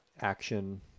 action